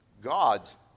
God's